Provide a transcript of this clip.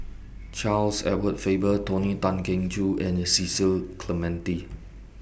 Charles Edward Faber Tony Tan Keng Joo and Cecil Clementi